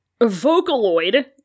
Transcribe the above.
Vocaloid